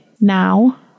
now